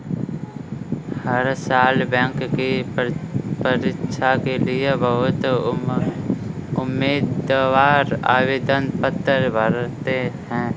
हर साल बैंक की परीक्षा के लिए बहुत उम्मीदवार आवेदन पत्र भरते हैं